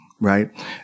Right